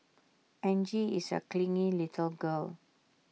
Angie is A clingy little girl